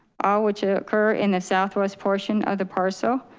all which occur in the southwest portion of the parcel.